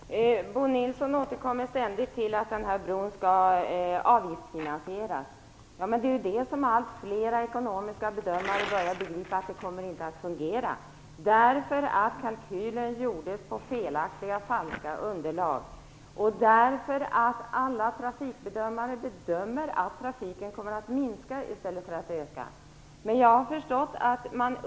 Fru talman! Bo Nilsson återkommer ständigt till detta med att bron skall avgiftsfinansieras. Ja, men allt fler ekonomiska bedömare börjar begripa att det inte kommer att fungera, därför att kalkylen gjordes utifrån felaktiga och falska underlag och därför att alla trafikbedömare bedömer att trafiken kommer att minska - inte öka.